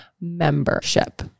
membership